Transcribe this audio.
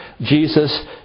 Jesus